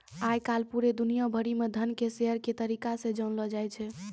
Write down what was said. आय काल पूरे दुनिया भरि म धन के शेयर के तरीका से जानलौ जाय छै